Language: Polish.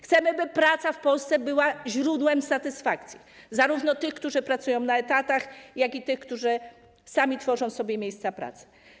Chcemy, by praca w Polsce była źródłem satysfakcji zarówno tych, którzy pracują na etatach, jak i tych, którzy sami tworzą sobie miejsca pracy.